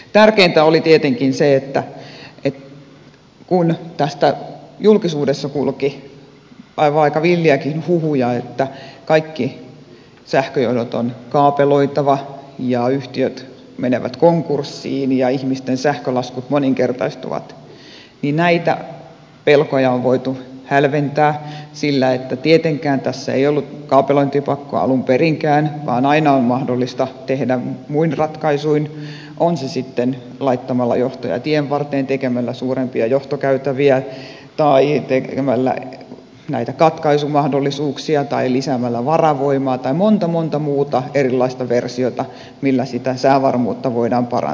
tärkeintä oli tietenkin se että kun tästä julkisuudessa kulki aika villejäkin huhuja että kaikki sähköjohdot on kaapeloitava ja yhtiöt menevät konkurssiin ja ihmisten sähkölaskut moninkertaistuvat niin näitä pelkoja on voitu hälventää sillä että tietenkään tässä ei ollut kaapelointipakkoa alun perinkään vaan aina on mahdollista tehdä muin ratkaisuin on se sitten laittamalla johtoja tienvarteen tekemällä suurempia johtokäytäviä tai tekemällä näitä katkaisumahdollisuuksia tai lisäämällä varavoimaa tai monta monta muuta erilaista versiota millä sitä säävarmuutta voidaan parantaa